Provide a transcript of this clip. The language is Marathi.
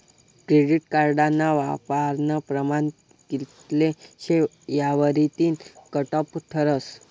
क्रेडिट कार्डना वापरानं प्रमाण कित्ल शे यावरतीन कटॉप ठरस